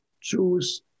Choose